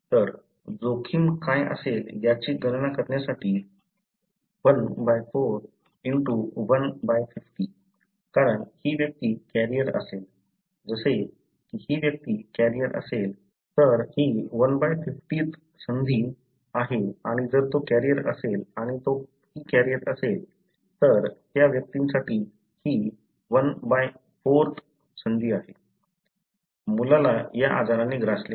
तर जोखीम काय असेल याची गणना करण्यासाठी 1 बाय 4 गुणिले 1 बाय 50 14150 कारण ही व्यक्ती कॅरियर असेल जसे की ही व्यक्ती कॅरियर असेल तर हा 1 बाय 50 वी संधी आणि जर तो कॅरियर असेल आणि ती कॅरियर असेल तर त्या व्यक्तीसाठी ही 1 बाय चौथी संधी आहे मुलाला या आजाराने ग्रासले आहे